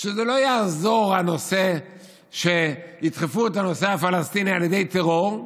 שלא יעזור שידחפו את הנושא הפלסטיני על ידי טרור,